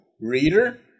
reader